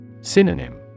Synonym